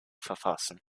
verfassen